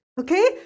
okay